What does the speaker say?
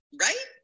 Right